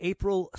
April